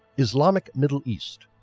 islamic middle east